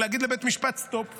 להגיד לבית המשפט stop,